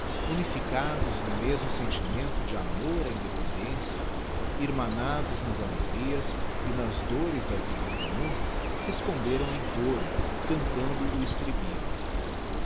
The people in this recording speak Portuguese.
unificados no mesmo sentimento de amor á independência irmanados nas alegrias e nas dôres da vida em commum responderam em coro cantando o estribilho